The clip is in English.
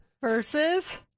Versus